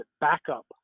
backup